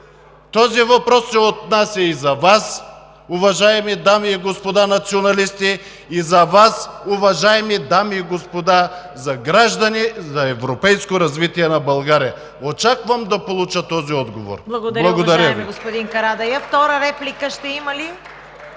Този въпрос се отнася и за Вас, уважаеми дами и господа националисти, и за Вас, уважаеми дами и господа граждани за европейско развитие на България. Очаквам да получа този отговор. Благодаря Ви.